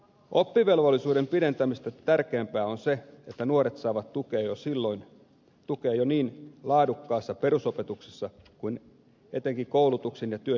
oppivelvollisuuden pidentämistä tärkeämpää on se että nuoret saavat tukea niin jo laadukkaassa perusopetuksessa kuin etenkin koulutuksen ja työn nivelvaiheissa